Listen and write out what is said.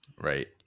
Right